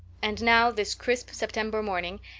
and now, this crisp september morning,